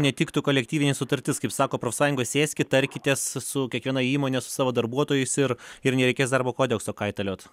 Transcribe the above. netiktų kolektyvinė sutartis kaip sako profsąjungos sėskit tarkitės su kiekviena įmonė su savo darbuotojais ir ir nereikės darbo kodekso kaitaliot